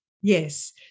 Yes